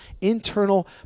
internal